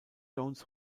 jones